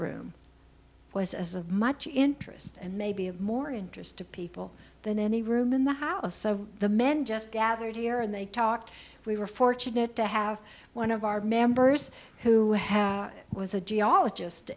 room was of much interest and maybe of more interest to people than any room in the house of the men just gathered here and they talked we were fortunate to have one of our members who was a geologist